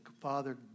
Father